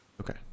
Okay